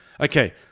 Okay